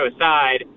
aside